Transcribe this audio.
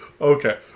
Okay